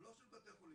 ולא של בתי החולים,